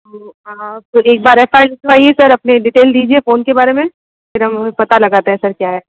तो आप एक बार एफ़ आई आर लिखवाईए सर अपनी डिटेल दीजिए फोन के बारे में फिर हम पता लगाते हैं सर क्या है